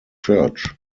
church